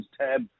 tab